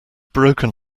broken